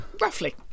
Roughly